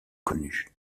connue